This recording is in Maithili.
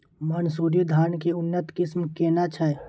मानसुरी धान के उन्नत किस्म केना छै?